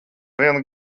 vienu